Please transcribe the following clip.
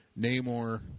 Namor